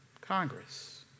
Congress